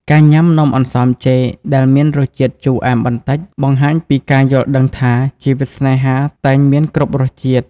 ការញ៉ាំ "នំអន្សមចេក" ដែលមានរសជាតិជូរអែមបន្តិច បង្ហាញពីការយល់ដឹងថាជីវិតស្នេហាតែងមានគ្រប់រសជាតិ។